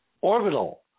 orbital